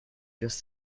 just